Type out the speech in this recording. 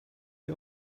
ihr